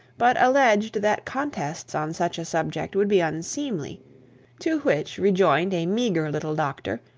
but alleged that contests on such a subject would be unseemly to which rejoined a meagre little doctor,